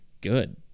good